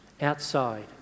outside